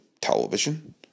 television